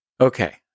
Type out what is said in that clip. Okay